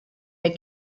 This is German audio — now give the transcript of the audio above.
der